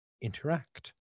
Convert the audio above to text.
interact